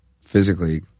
physically